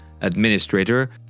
administrator